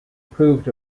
proved